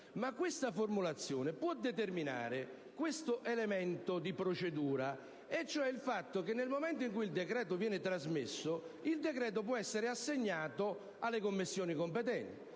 che questa formulazione possa determinare come elemento di procedura il fatto che nel momento in cui il decreto viene trasmesso può essere assegnato alle Commissioni competenti